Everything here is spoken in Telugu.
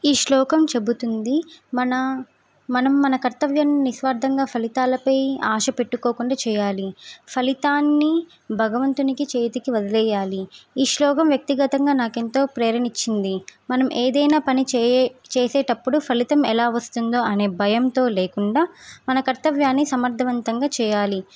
ఈ శ్లోకం చెప్తుంది మన మనం మన కర్తవ్యాన్ని నిస్వార్థంగా ఫలితాలపై ఆశపెట్టుకోకుండా చేయాలి ఫలితాన్ని భగవంతునికి చేతికి వదిలేయాలి ఈ శ్లోకం వ్యక్తిగతంగా నాకు ఎంతో ప్రేరణ ఇచ్చింది మనం ఏదైనా పని చే చేసేటప్పుడు ఫలితం ఎలా వస్తుందో అనే భయంతో లేకుండా మన కర్తవ్యాన్ని సమర్థవంతంగా చేయాలి